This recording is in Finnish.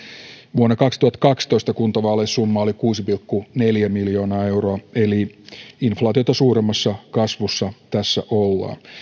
vuonna kaksituhattakaksitoista kuntavaaleissa summa oli kuusi pilkku neljä miljoonaa euroa eli inflaatiota suuremmassa kasvussa tässä ollaan